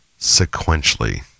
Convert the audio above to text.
sequentially